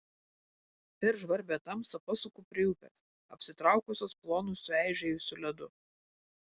per žvarbią tamsą pasuku prie upės apsitraukusios plonu sueižėjusiu ledu